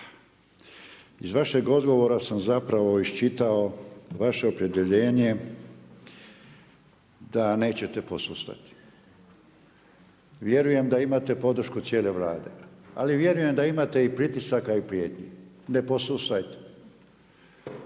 iz vašeg odgovora sam zapravo iščitao vaše opredjeljenje da nećete posustati. Vjerujem da imate podršku cijele Vlade, ali vjerujem da imate i pritisaka i prijetnji. Ne posustajte.